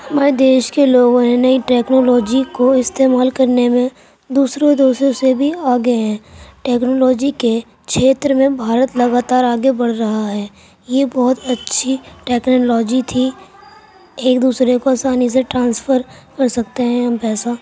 ہمارے دیش کے لوگوں نے نئی ٹیکنالوجی کو استعمال کرنے میں دوسرے دیشوں سے بھی آگے ہیں ٹیکنالوجی کے چھیتر میں بھارت لگاتار آگے بڑھ رہا ہے یہ بہت اچھی ٹیکنالوجی تھی ایک دوسرے کو آسانی سے ٹرانسفر کر سکتے ہیں ہم پیسہ